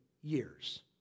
years